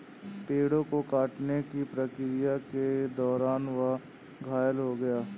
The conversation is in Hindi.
पेड़ों को काटने की प्रक्रिया के दौरान वह घायल हो गया